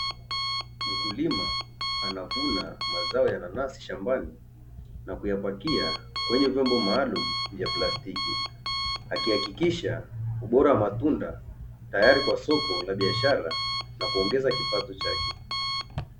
Mkulima anavuna mazao ya nanasi shambani na kuyapakia kwenye vyombo maalumu vya plastiki, akihakikisha ubora wa matunda tayari kwa soko la biashara na kuongeza kipato chake.